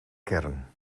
kern